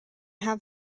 have